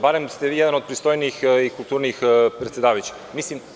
Barem ste vi jedan od pristojnijih i kulturnijih predsedavajućih.